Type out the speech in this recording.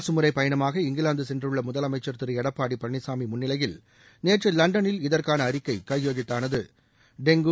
அரசுமுறை பயணமாக இங்கிலாந்து சென்றுள்ள முதலமைச்சர் திரு எடப்பாடி பழனிசாமி முன்னிலையில் நேற்று லண்டனில் இதற்கான அறிக்கை கையெழுத்தானது டெங்கு